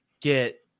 get